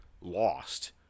lost